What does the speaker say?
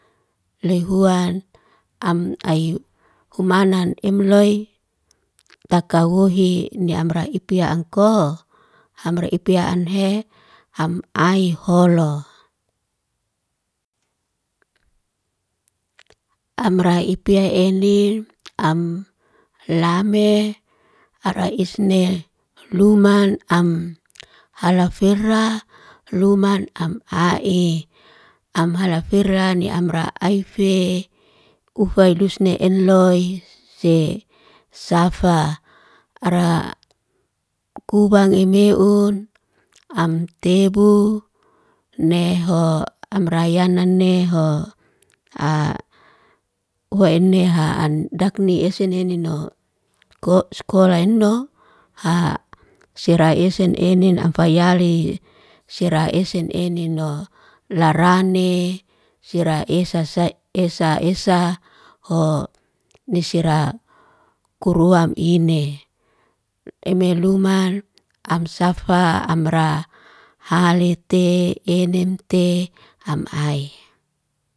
Leihuan am ai humanan emloy takawohi ngi amra ipia ang'ko, hamre ipia anhe, ham ai holo. amra ipia enli, am lame ara isne luman am halafera, luman am a'e. Am malafera ni amra aife, ufai lusne enloy se safa. Ara kubang em meum, am tebu neho, am rayana neho. A uhaine ha an dakni ese nenin no. Koh sko'la yeno, ha'a sera esen enen am fayale, sera esen enin no. Larane sera esa sa esa esa ho. Ni sira kuruam ine, eme luman am safa, am ra hale te enen te am ai.